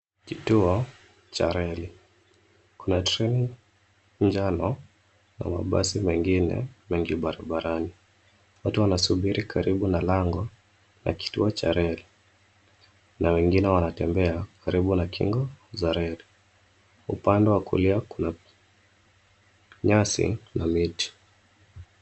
Kituo cha reli. Kuna treni lijalo na mabasi mengine mengi barabarani. Watu wanasubiri karibu na lango la kituo cha reli na wengine wanatembea karibu na kingo za reli. Upande wa kulia kuna nyasi na miti.